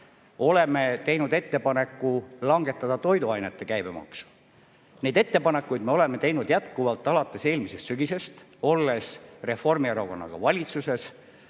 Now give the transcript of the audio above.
oleme teinud ka ettepaneku langetada toiduainete käibemaksu. Neid ettepanekuid me oleme teinud alates eelmisest sügisest, olles Reformierakonnaga valitsuses,